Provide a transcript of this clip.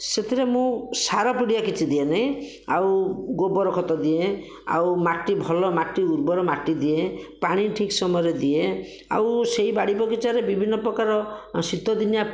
ସେଥିରେ ମୁଁ ସାର ପିଡ଼ିଆ କିଛି ଦିଏନି ଆଉ ଗୋବର ଖତ ଦିଏ ଆଉ ମାଟି ଭଲ ମାଟି ଉର୍ବର ମାଟି ଦିଏ ପାଣି ଠିକ୍ ସମୟରେ ଦିଏ ଆଉ ମୁଁ ସେହି ବାଡ଼ି ବଗିଚାରେ ବିଭିନ୍ନ ପ୍ରକାର ଶୀତଦିନିଆଁ